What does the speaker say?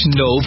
no